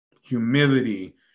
Humility